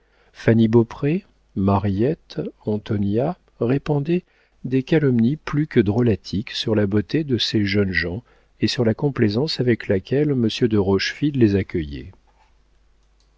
fanny beaupré mariette antonia répandaient des calomnies plus que drolatiques sur la beauté de ces jeunes gens et sur la complaisance avec laquelle monsieur de rochefide les accueillait